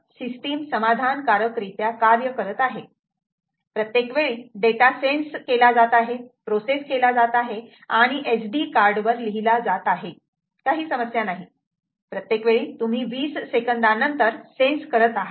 तर सिस्टीम समाधानकारक रित्या कार्य करत आहे प्रत्येक वेळी डेटा सेन्स केला जात आहे प्रोसेस केला जात आहे आणि SD कार्ड वर लिहिला जात आहे काही समस्या नाही प्रत्येक वेळी तुम्ही 20 सेकंदा नंतर सेन्स करत आहात